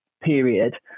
period